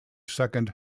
second